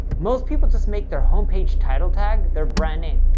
most people just make their home page title tag their brand name,